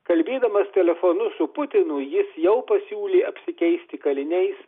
kalbėdamas telefonu su putinu jis jau pasiūlė apsikeisti kaliniais